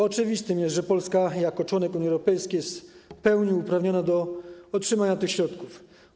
Oczywiste jest, że Polska jako członek Unii Europejskiej jest w pełni uprawniona do otrzymania tych środków.